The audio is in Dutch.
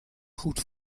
goed